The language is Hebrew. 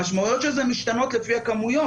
המשמעויות של זה משתנות לפי הכמויות.